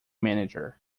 manager